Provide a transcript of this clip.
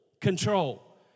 control